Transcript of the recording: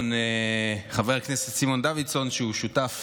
חבר הכנסת סימון דוידסון, שהוא שותף